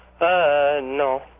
no